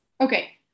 okay